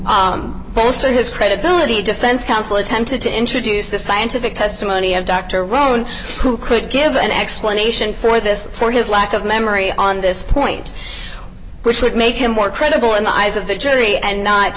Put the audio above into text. bolster his credibility defense counsel attempted to introduce the scientific testimony of dr roane who could give an explanation for this for his lack of memory on this point which would make him more credible in the eyes of the jury and not